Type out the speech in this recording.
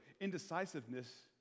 indecisiveness